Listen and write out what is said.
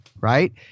right